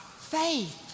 faith